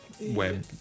web